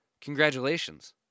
congratulations